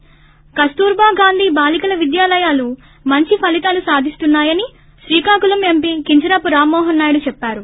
ి కస్తూర్భా గాంధీ బాలికల విద్యాలయాలు మంచి ఫలితాలు సాధిస్తున్నా యని శ్రీకాకుళం ఎంపీ కింజరాపు రామ్మోహన్ నాయుడు చెప్పారు